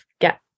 get